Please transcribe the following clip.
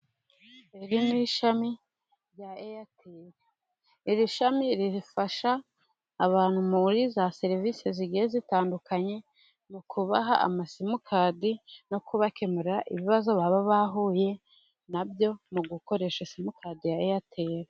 Iri ni ishami rya eyateri, iri shami rifasha abantu muri za serivisi zigiye zitandukanye, mu kubaha amasimukadi, no kubakemurira ibibazo baba bahuye nabyo, mu gukoresha simukadi ya eyateri.